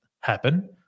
happen